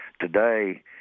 Today